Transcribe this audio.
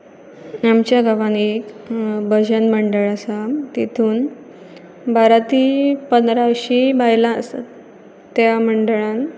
आमच्या गांवान एक भजन मंडळ आसा तितून बारा ती पंदरा अशीं बायलां आसात त्या मंडळान